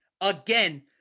again